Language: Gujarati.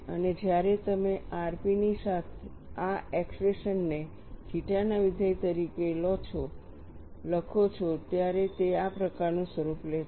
અને જ્યારે તમે rpની આ એક્સપ્રેશનને થિટા ના વિધેય તરીકે લખો છો ત્યારે તે આ પ્રકારનું સ્વરૂપ લે છે